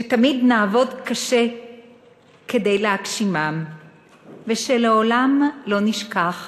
שתמיד נעבוד קשה כדי להגשימם ושלעולם לא נשכח